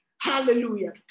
Hallelujah